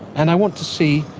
and i want to see,